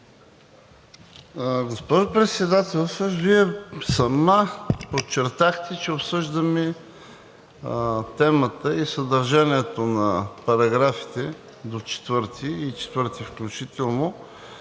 Госпожо Председателстващ, Вие сама подчертахте, че обсъждаме темата и съдържанието на параграфите до 4-ти, и 4-ти включително.